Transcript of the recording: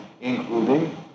including